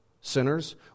sinners